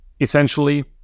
Essentially